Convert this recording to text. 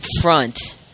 front